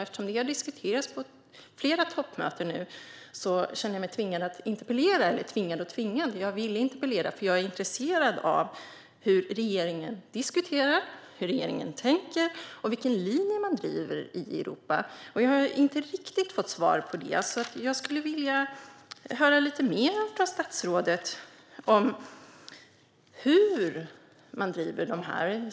Eftersom detta har diskuterats på flera toppmöten kände jag mig manad att interpellera ministern, för jag är intresserad av hur regeringen diskuterar, hur regeringen tänker och vilken linje man driver i Europa. Jag har inte riktigt fått svar på det. Jag skulle vilja höra lite mer från statsrådet om hur man driver det här.